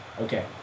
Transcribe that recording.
Okay